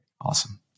Awesome